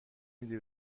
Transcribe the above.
میدی